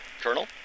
Colonel